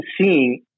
seeing